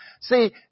See